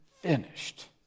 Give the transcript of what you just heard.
finished